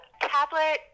Tablet